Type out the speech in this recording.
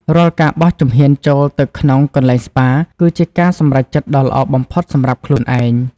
រាល់ការបោះជំហានចូលទៅក្នុងកន្លែងស្ប៉ា គឺជាការសម្រេចចិត្តដ៏ល្អបំផុតសម្រាប់ខ្លួនឯង។